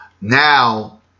Now